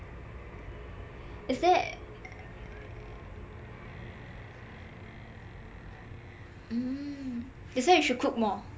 is there mm that's why you should cook more